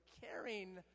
caring